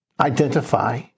identify